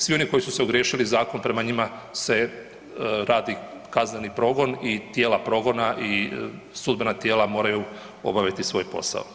Svi oni koji su se ogriješili o zakon prema njima se radi kazneni progon i tijela progona i sudbena tijela moraju obaviti svoj posao.